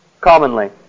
commonly